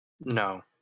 No